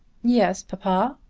yes, papa.